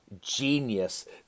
genius